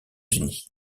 unis